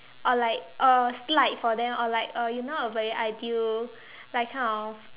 or like or slide for them or like uh you know a very ideal like kind of